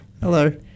Hello